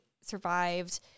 survived